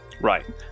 right